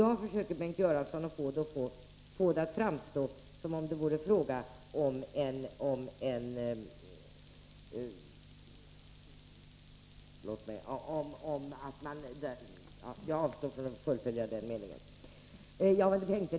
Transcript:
Aktiviteten är icke relaterad till anslag.